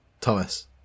Thomas